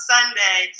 Sunday